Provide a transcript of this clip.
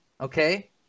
okay